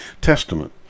Testament